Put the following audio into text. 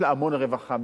יש לה המון רווחה,